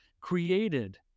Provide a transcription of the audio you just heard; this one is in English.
created